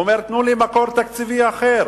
הוא אומר: תנו לי מקור תקציבי אחר.